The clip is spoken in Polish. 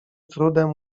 trudem